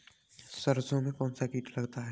सरसों में कौनसा कीट लगता है?